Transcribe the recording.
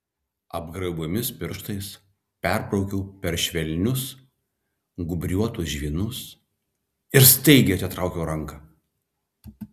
apgraibomis pirštais perbraukiau per švelnius gūbriuotus žvynus ir staigiai atitraukiau ranką